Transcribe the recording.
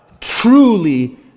truly